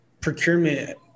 procurement